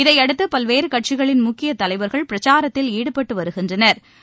இதையடுத்து பல்வேறு கட்சிகளின் முக்கியத் தலைவா்கள் பிரச்சாரத்தில் ஈடுபட்டு வருகின்றனா்